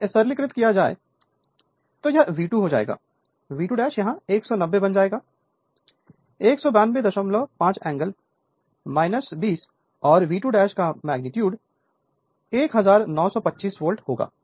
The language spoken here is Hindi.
यदि सरलीकृत किया जाता है तो यह V2 हो जाएगा V2 यहां 190 बन जाएगा 190 1925 एंगल 2 0 और V2 का मेग्नीट्यूड 1925 वोल्ट होगा